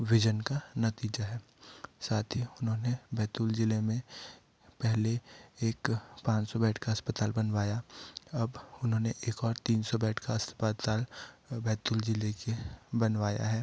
vision का नतीजा है साथ ही उन्होंने बैतूल जिले में पहले एक पाँच सौ बेड का अस्पताल बनवाया अब उन्होंने एक और तीन सौ बेड का अस्पताल बैतूल जिले के बनवाया है